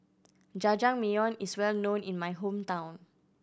Jajangmyeon is well known in my hometown